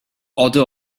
odor